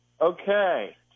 Okay